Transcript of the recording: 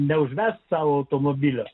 neužvesti automobilio